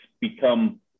become